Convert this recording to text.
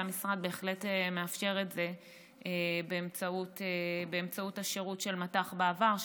והמשרד בהחלט מאפשר את זה באמצעות השירות של מט"ח בעבר,